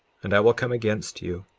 and i will come against you,